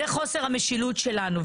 זה חוסר המשילות שלנו.